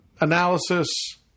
analysis